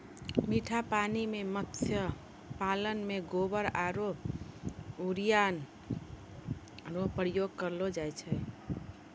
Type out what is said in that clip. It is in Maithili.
मीठा पानी मे मत्स्य पालन मे गोबर आरु यूरिया रो प्रयोग करलो जाय छै